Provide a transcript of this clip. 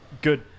good